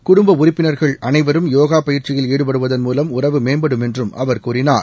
குடும்ப உறுப்பினா்கள் அனைவரும் யோகா பயிற்சியில் ஈடுபடுவதன் மூலம் உறவு மேம்படும் என்றும் அவர் கூறினார்